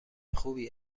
خوبی